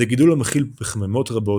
זהו גידול המכיל פחמימות רבות,